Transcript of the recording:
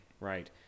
right